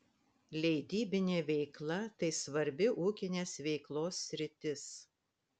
leidybinė veikla tai svarbi ūkinės veiklos sritis